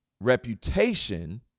Reputation